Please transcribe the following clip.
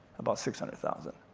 about six hundred thousand.